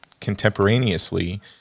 contemporaneously